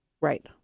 Right